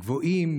גבוהים,